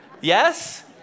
Yes